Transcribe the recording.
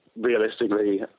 realistically